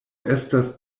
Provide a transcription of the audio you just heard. estas